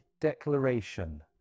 declaration